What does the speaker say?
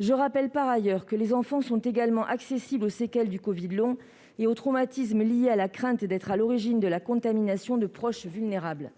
Je rappelle, par ailleurs, que les enfants peuvent également subir les séquelles du covid long et les traumatismes liés à la crainte d'être à l'origine de la contamination des proches vulnérables.